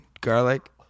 Garlic